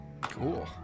Cool